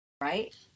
Right